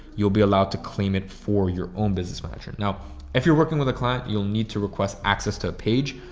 you'll be allowed to claim it for your own business manager. now if you're working with a client, you'll need to request access to a page.